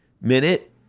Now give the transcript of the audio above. minute